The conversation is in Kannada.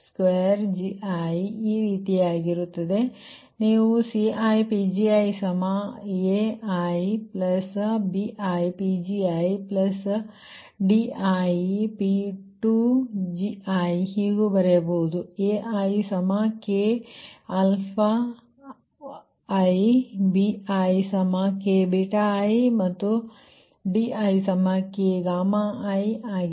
ಅಥವಾ ನೀವು CiPgiaibiPgidiPgi2ಹೀಗೂ ಬರೆಯಬಹುದು ಇಲ್ಲಿ aiki bik i ಮತ್ತು diki ಆಗಿದೆ